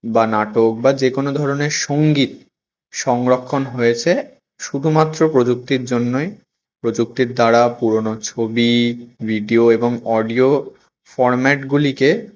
বা নাটক বা যে কোনো ধরনের সঙ্গীত সংরক্ষণ হয়েছে শুধুমাত্র প্রযুক্তির জন্যই প্রযুক্তির দ্বারা পুরনো ছবি ভিডিও এবং অডিও ফরম্যাটগুলিকে